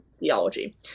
theology